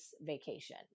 vacation